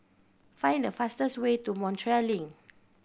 find the fastest way to Montreal Link